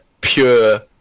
pure